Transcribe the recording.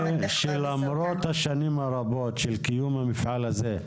שלמרות השנים הרבות של קיום המפעל הזה,